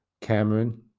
Cameron